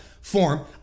form